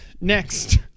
next